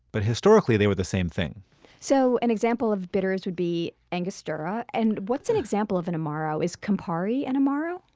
but historically they were the same thing so an example of bitters would be angostura. and what's an example of an amaro? is campari an amaro?